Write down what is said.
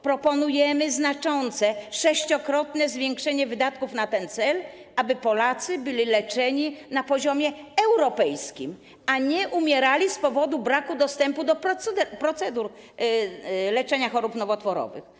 Proponujemy znaczące, sześciokrotne zwiększenie wydatków na ten cel, tak aby Polacy byli leczeni na poziomie europejskim, a nie umierali z powodu braku dostępu do procedur leczenia chorób nowotworowych.